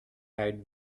eyed